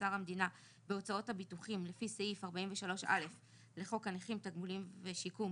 אוצר המדינה בהוצאות הביטוחים לפי סעיף 43א' לחוק הנכים תגמולים ושיקום